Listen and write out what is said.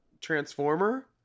Transformer